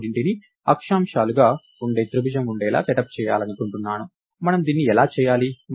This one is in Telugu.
ఈ మూడింటిని అక్షాంశాలుగా ఉండే త్రిభుజం ఉండేలా సెటప్ చేయాలనుకుంటున్నాను మనం దీన్ని ఎలా చేయాలి